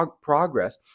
progress